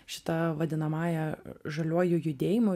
šita vadinamąja žaliuoju judėjimu